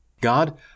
God